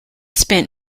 spent